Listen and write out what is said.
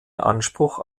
anspruch